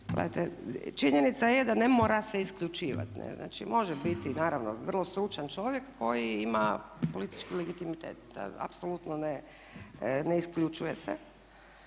činjenica je da ne mora se isključivati, može biti naravno vrlo stručan čovjek koji ima politički legitimitet, apsolutno ne isključuje se.